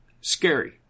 scary